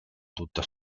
tutta